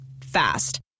Fast